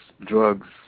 drugs